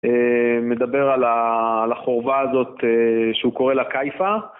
מדבר על החורבה הזאת שהוא קורא לה קייפה.